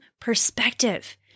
perspective